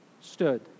stood